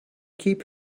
keep